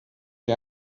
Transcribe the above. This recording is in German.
sie